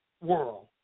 world